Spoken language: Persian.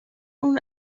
اون